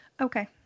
Okay